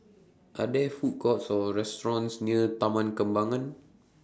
Are There Food Courts Or restaurants near Taman Kembangan